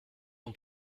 ton